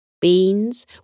Beans